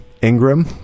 Ingram